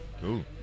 Cool